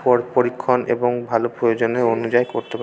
পরীক্ষণ এবং ভালো প্রয়োজনীয় অনুযায়ী করতে